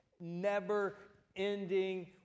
never-ending